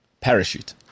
parachute